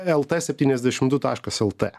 lt septyniasdešimt du taškas lt